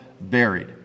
buried